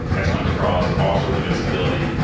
that's going to cause all sorts of instability,